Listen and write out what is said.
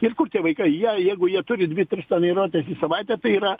ir kur tie vaikai jie jeigu jie turi dvi tris treniruotes į savaitę tai yra